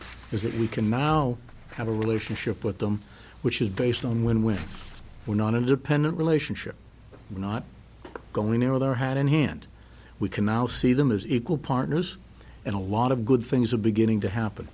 we can now have a relationship with them which is based on when we were not independent relationship we're not going there there had in hand we can now see them as equal partners and a lot of good things are beginning to happen